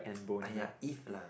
!aiya! eat lah